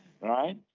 Right